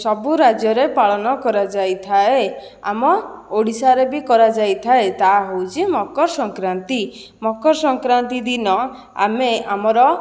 ସବୁ ରାଜ୍ୟରେ ପାଳନ କରାଯାଇଥାଏ ଆମ ଓଡ଼ିଶାରେ ବି କରାଯାଇଥାଏ ତାହା ହେଉଛି ମକର ସଂକ୍ରାନ୍ତି ମକର ସଂକ୍ରାନ୍ତି ଦିନ ଆମେ ଆମର